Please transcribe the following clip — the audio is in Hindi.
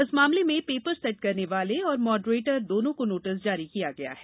इस मामले में पेपर सेट करने वाले और मॉडरेटर दोनों को नोटिस जारी किया गया है